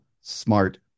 smart